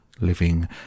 living